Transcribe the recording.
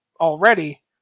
already